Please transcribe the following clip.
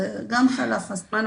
גם חלף הזמן,